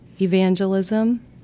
evangelism